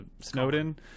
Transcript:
Snowden